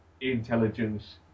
intelligence